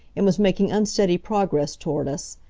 and was making unsteady progress toward us.